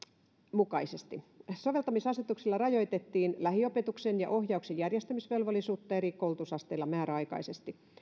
mukaisesti soveltamisasetuksilla rajoitettiin lähiopetuksen ja ohjauksen järjestämisvelvollisuutta eri koulutusasteilla määräaikaisesti